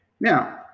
now